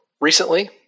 recently